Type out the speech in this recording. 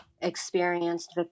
experienced